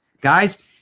guys